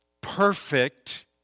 perfect